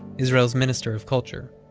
israel's minister of culture.